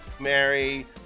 Mary